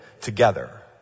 together